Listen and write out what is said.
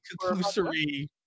conclusory